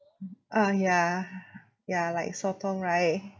uh ya ya like sotong right